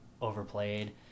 overplayed